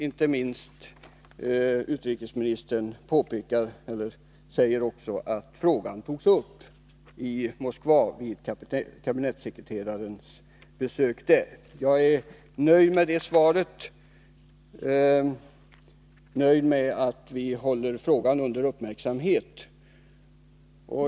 Inte minst pekar utrikesministern på att frågan togs upp i Moskva vid kabinettssekreterarens besök där. Jag är nöjd med beskedet att frågan kommer att följas också i fortsättningen.